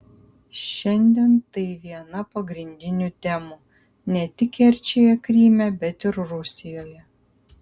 šiandien tai viena pagrindinių temų ne tik kerčėje kryme bet ir rusijoje